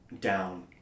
down